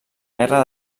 guerra